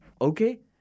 okay